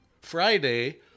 Friday